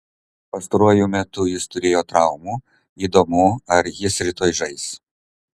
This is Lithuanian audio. pastaruoju metu jis turėjo traumų įdomu ar jis rytoj žais